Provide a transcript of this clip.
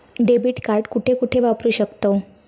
Debit card कुठे कुठे वापरू शकतव?